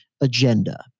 agenda